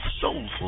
soulful